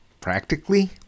practically